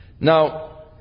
now